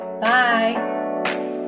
Bye